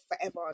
forever